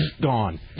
gone